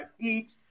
eat